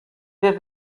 wir